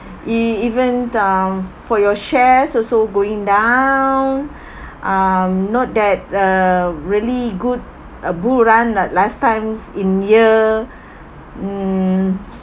e~ even um for your shares also going down uh um not that a really good uh bull run like last times in year mm